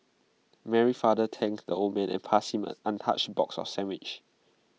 Mary's father thanked the old man and passed him an untouched box of sandwiches